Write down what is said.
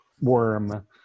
worm